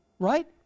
right